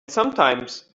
sometimes